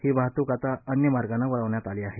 ही वाहतूक आता अन्य मार्गाने वळविण्यात आली आहे